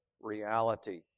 reality